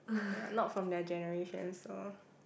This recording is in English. ya not from their generation so